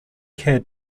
had